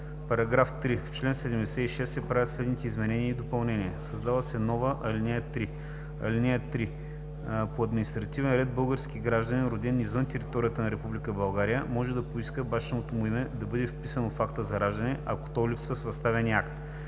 § 3. В чл. 76 се правят следните изменения и допълнения: 1.Създава се нова ал. 3: „(3) По административен ред български гражданин, роден извън територията на Република България, може да поиска бащиното му име да бъде вписано в акта за раждане, ако то липсва в съставения акт.